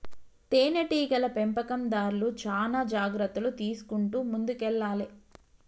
తేనె టీగల పెంపకందార్లు చానా జాగ్రత్తలు తీసుకుంటూ ముందుకెల్లాలే